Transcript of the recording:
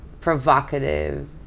Provocative